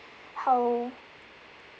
how